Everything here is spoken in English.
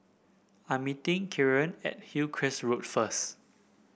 I'm meeting Kieran at Hillcrest Road first